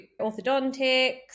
orthodontics